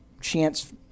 chance